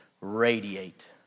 radiate